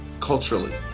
culturally